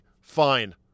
fine